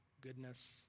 goodness